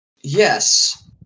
Yes